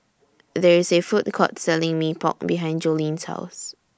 There IS A Food Court Selling Mee Pok behind Jolene's House